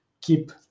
keep